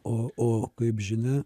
o o kaip žinia